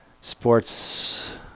sports